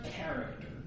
character